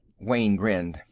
wayne grinned.